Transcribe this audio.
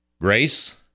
Grace